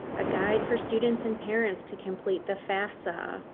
a guide for students and parents to complete the fafsa.